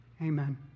Amen